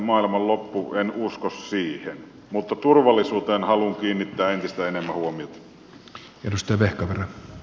en usko siihen mutta turvallisuuteen haluan kiinnittää entistä enemmän huomiota